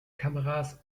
kameras